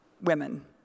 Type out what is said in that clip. women